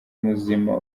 muzima